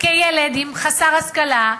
כילד חסר השכלה,